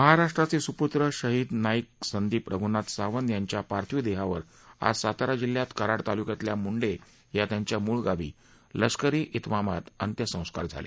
महाराष्ट्राचे सुपूत्र शहीद नाईक संदीप रघुनाथ सावंत यांच्या पार्थीव देहावर आज सातारा जिल्ह्यात कराड तालुक्यातल्या मुंडे या त्यांच्या मूळ गावी लष्करी विमामात अंत्यसंस्कार झाले